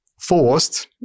forced